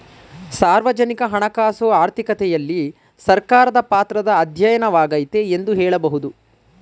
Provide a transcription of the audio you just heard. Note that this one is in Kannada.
ಸಾರ್ವಜನಿಕ ಹಣಕಾಸು ಆರ್ಥಿಕತೆಯಲ್ಲಿ ಸರ್ಕಾರದ ಪಾತ್ರದ ಅಧ್ಯಯನವಾಗೈತೆ ಎಂದು ಹೇಳಬಹುದು